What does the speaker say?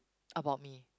about me